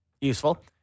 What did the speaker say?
useful